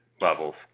levels